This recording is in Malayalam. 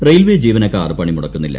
റെയിൽവേ ജീവനക്കാർ പണിമുടക്കുന്നില്ല